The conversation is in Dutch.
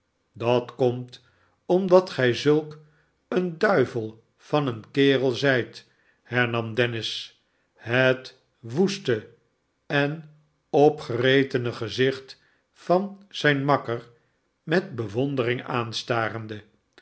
dat komt omdat gij zulk een duivel van een kerel zijt hernam dennis het woeste en opgeretene gezicht van zijn makker met bewondering aanstarende